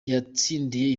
yatsindiye